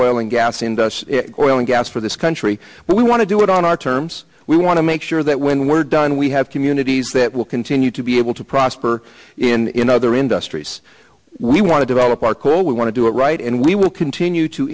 oil and gas and oil and gas for this country but we want to do it on our terms we want to make sure that when we're done we have communities that will continue to be able to prosper in other industries we want to develop our coal we want to do it right and we will continue to